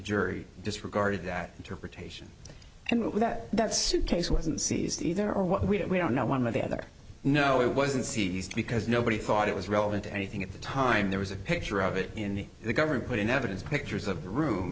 jury disregarded that interpretation and with that that suitcase wasn't seized either or what we had we don't know one of the other no it wasn't seized because nobody thought it was relevant to anything at the time there was a picture of it in the government put in evidence pictures of